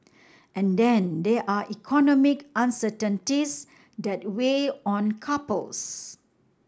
and then there are economic uncertainties that weigh on couples